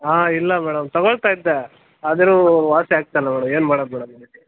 ಹಾಂ ಇಲ್ಲ ಮೇಡಮ್ ತಗೊಳ್ತಾ ಇದ್ದೆ ಆದರೂ ವಾಸಿ ಆಗ್ತಾ ಇಲ್ಲ ಮೇಡಮ್ ಏನು ಮಾಡೋದು ಮೇಡಮ್ ಇದಕ್ಕೆ